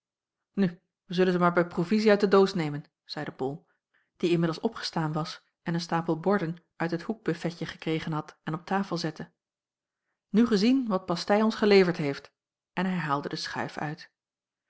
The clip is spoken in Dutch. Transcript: zullen ze maar bij provizie uit de doos nemen zeide bol die inmiddels opgestaan was en een stapel borden uit het hoekbufetje gekregen had en op tafel zette nu gezien wat pastei ons geleverd heeft en hij haalde de schuif uit